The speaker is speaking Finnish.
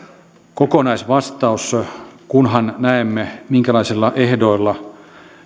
kokonaisvastaus kunhan näemme minkälaisilla ehdoilla